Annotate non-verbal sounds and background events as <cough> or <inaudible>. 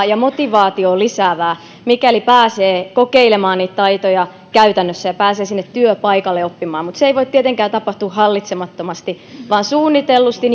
<unintelligible> ja motivaatiota lisäävää mikäli pääsee kokeilemaan niitä taitoja käytännössä ja pääsee sinne työpaikalle oppimaan mutta se ei voi tietenkään tapahtua hallitsemattomasti vaan suunnitellusti <unintelligible>